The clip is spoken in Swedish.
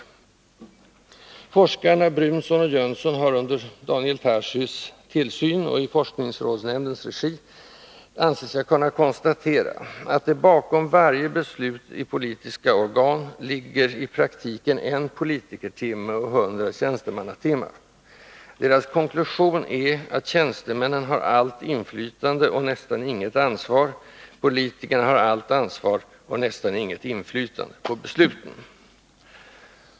Forskarna Brunsson och Jönsson har under Daniel Tarschys tillsyn och i forskningsrådsnämndens regi ansett sig kunna konstatera att bakom varje beslut i politiska organ ligger i praktiken 1 politikertimme och 100 tjänstemannatimmar. Deras konklusion är att tjänstemännen har allt inflytande och nästan inget ansvar. Politikerna har allt ansvar och nästan inget inflytande på besluten.